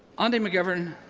andy mcgivern,